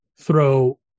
throw